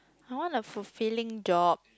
I want a fulfilling job